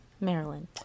Maryland